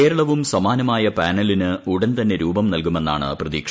കേരളവും സമാനമായ പാനലിന് ഉടൻ തന്നെ രൂപം നൽകുമെന്നാണ് പ്രതീക്ഷ